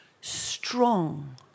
strong